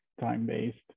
time-based